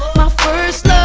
first